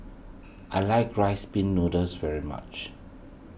I like Rice Pin Noodles very much